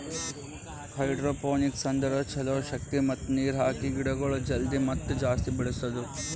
hydroponics ಅಂದುರ್ ಛಲೋ ಶಕ್ತಿ ಮತ್ತ ನೀರ್ ಹಾಕಿ ಗಿಡಗೊಳ್ ಜಲ್ದಿ ಮತ್ತ ಜಾಸ್ತಿ ಬೆಳೆಸದು